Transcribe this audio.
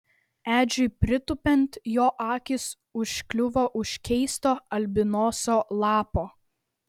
edžiui pritūpiant jo akys užkliuvo už keisto albinoso lapo